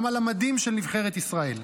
גם על המדים של נבחרת ישראל.